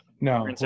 no